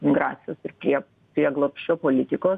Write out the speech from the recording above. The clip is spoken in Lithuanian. migracijos ir prie prieglobsčio politikos